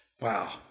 Wow